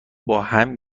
باهم